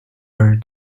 her